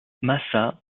massa